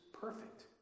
perfect